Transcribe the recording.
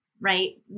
right